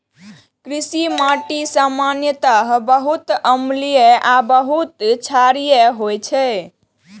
कृषि माटि सामान्यतः बहुत अम्लीय आ बहुत क्षारीय होइ छै